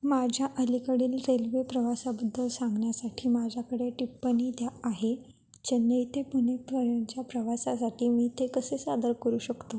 माझ्या अलीकडील रेल्वे प्रवासाबद्दल सांगण्यासाठी माझ्याकडे टिप्पणी द्या आहे चेन्नई ते पुणेपर्यंतच्या प्रवासासाठी मी ते कसे सादर करू शकतो